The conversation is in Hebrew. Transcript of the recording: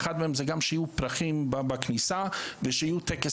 אחד מהם זה גם שיהיו פרחים בכניסה ושיהיה טקס